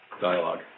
dialogue